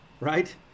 right